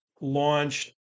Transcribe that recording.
launched